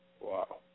Wow